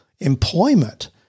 employment